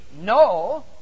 no